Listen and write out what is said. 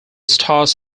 stars